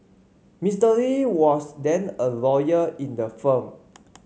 Mister Lee was then a lawyer in the firm